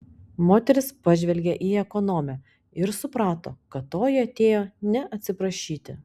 moteris pažvelgė į ekonomę ir suprato kad toji atėjo ne atsiprašyti